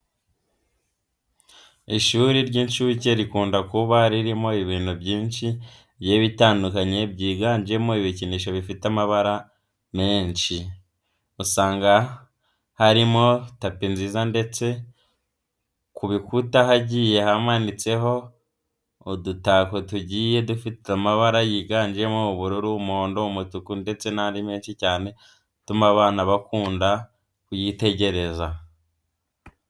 Ishuri ry'inshuke rikunda kuba ririmo ibintu byinshi bigiye bitandukanye byiganjemo ibikinisho bifite amabara menshi. Usanga harimo tapi nziza ndetse ku bikuta hagiye hamanitseho udutako tugiye dufite amabara yiganjemo ubururu, umuhondo, umutuku ndetse n'andi menshi cyane atuma abana bakunda kuhitegereza.